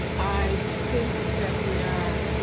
i think that we are